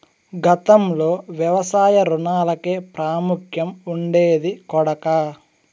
గతంలో వ్యవసాయ రుణాలకే ప్రాముఖ్యం ఉండేది కొడకా